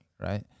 right